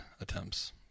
attempts